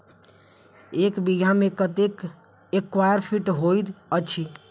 एक बीघा मे कत्ते स्क्वायर फीट होइत अछि?